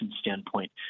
standpoint